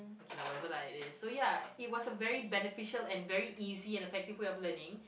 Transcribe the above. okay lah whatever lah it is so ya it was a very beneficial and very easy and effective way of learning